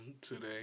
today